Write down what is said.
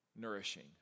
nourishing